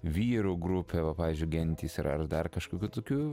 vyrų grupė va pavyzdžiui gentys yra ar dar kažkokių tokių